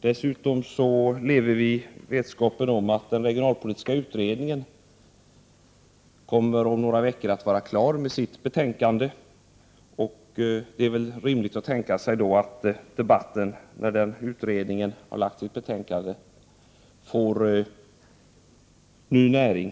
Vi lever dessutom i vetskapen om att den regionalpolitiska utredningen om några veckor kommer att vara klar med sitt betänkande. Det är väl rimligt att tänka sig att debatten, när den utredningen lagt fram sitt betänkande, får ny näring.